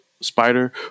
spider